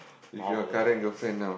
powers